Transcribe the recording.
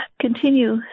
continue